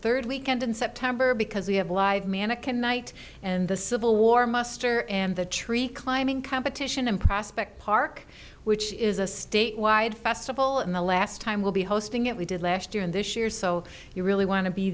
third weekend in september because we have a live manikin night and the civil war muster and the tree climbing competition in prospect park which is a statewide festival in the last time we'll be hosting it we did last year and this year so you really want to be